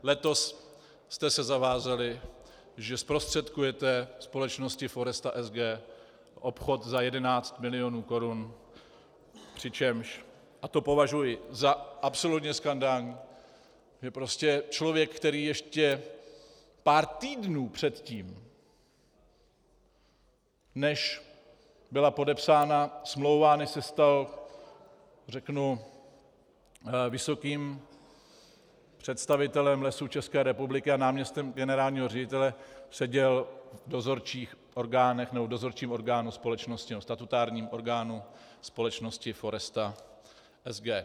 Letos jste se zavázali, že zprostředkujete společnosti Foresta SG obchod za 11 milionů korun, a to považuji za absolutně skandální, že člověk, který ještě pár týdnů předtím, než byla podepsána smlouva a než se stal vysokým představitelem Lesů České republiky a náměstkem generálního ředitele, seděl v dozorčích orgánech nebo dozorčím orgánu společnosti nebo statutárním orgánu společnosti Foresta SG.